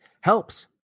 helps